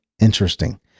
interesting